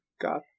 got